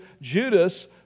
Judas